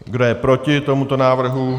Kdo je proti tomuto návrhu?